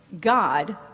God